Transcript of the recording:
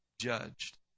judged